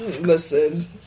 Listen